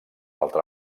altra